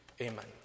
Amen